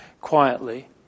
quietly